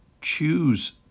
choose